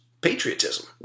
patriotism